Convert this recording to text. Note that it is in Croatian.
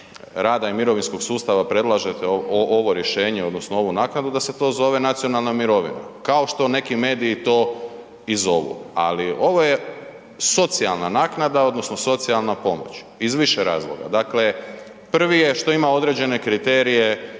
rada i mirovinskog sustava predlažete ovo rješenje odnosno ovu naknadu, da se to zove nacionalna mirovina kao što neki mediji to i zovu. Ali ovo je socijalna naknada odnosno socijalna pomoć iz više razloga. Dakle, prvi je što ima određene kriterije